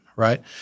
Right